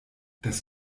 das